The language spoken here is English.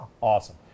Awesome